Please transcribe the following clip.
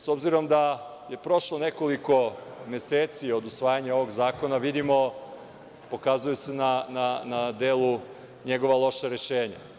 S obzirom da je prošlo nekoliko meseci od usvajanja ovog zakona, vidimo, pokazuju se na delu njegova loša rešenja.